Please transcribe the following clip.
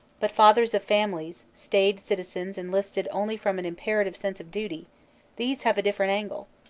but fathers of families, staid citizens enlisted only from an imperative sense of duty these have a different angle.